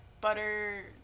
butter